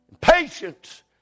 patience